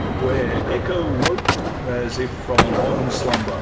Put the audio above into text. where echo woke as if from a long slumber